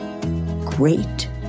Great